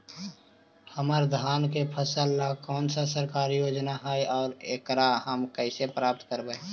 हमर धान के फ़सल ला कौन सा सरकारी योजना हई और एकरा हम कैसे प्राप्त करबई?